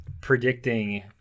predicting